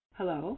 Hello